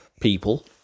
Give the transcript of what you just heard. people